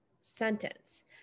sentence